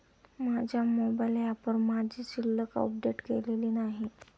माझ्या मोबाइल ऍपवर माझी शिल्लक अपडेट केलेली नाही